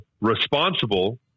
responsible